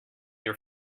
your